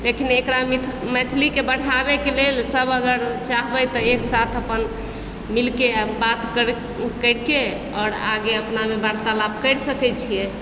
लेकिन एकरा मिथ मैथिलीके बढ़ाबयके लेल सब अगर चाहबय तऽ एक साथ अपन मिलके आओर बात कर करिके आओर आगे अपनामे वार्तालाप करि सकय छियै